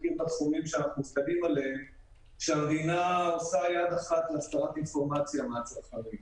עם הסתרת אינפורמציה מהצרכנים.